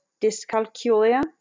dyscalculia